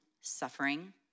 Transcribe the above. suffering